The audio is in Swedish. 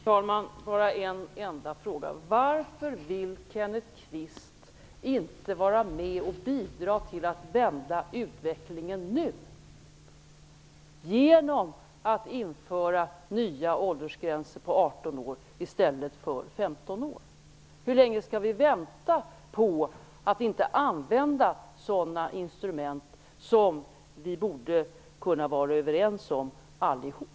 Herr talman! Jag har bara en enda fråga: Varför vill Kenneth Kvist inte bidra till att vända utvecklingen nu genom att införa nya åldersgränser på 18 år i stället för 15 år? Jag undrar hur länge vi skall vänta på att använda sådana instrument som vi borde vara överens om allihop.